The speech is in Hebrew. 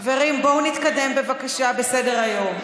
חברים, בואו נתקדם בבקשה בסדר-היום.